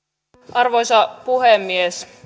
arvoisa puhemies